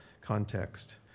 context